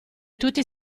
tutti